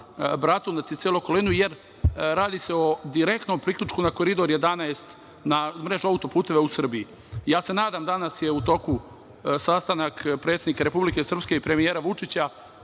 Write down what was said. Bratunac i celu okolinu jer radi se o direktnom priključku na Koridor 11 na mrežu auto-puteva u Srbiji. Nadam se, danas je u toku sastanak predsednika Republike Srpske i premijera Vučića.